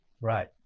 Right